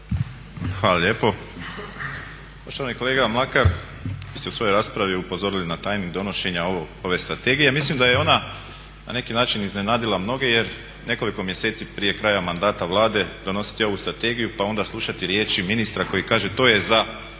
Josip (HDZ)** Poštovani kolega Mlakar, vi ste u svojoj raspravi upozorili na timing donošenja ove strategije. Mislim da je ona na neki način iznenadila mnoge jer nekoliko mjeseci prije kraja mandata Vlade donositi ovu strategiju, pa onda slušati riječi ministra koji kaže to je za